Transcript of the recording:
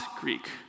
Greek